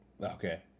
Okay